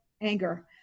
anger